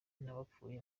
n’abapfuye